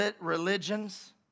religions